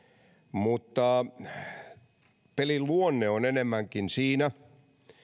mutta jossa pelin luonne on enemmänkin siinä